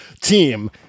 team